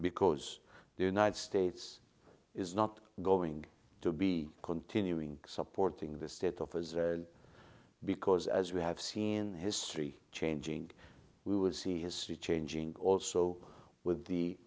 because the united states is not going to be continuing supporting the state of israel because as we have seen history changing we will see history changing also with the